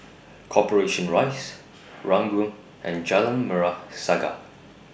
Corporation Rise Ranggung and Jalan Merah Saga